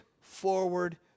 forward